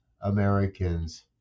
Americans